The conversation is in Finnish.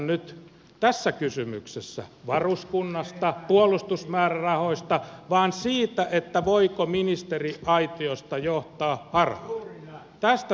ei tässä kysymyksessä nyt päätetä varuskunnasta puolustusmäärärahoista vaan siitä voiko ministeriaitiosta johtaa harhaan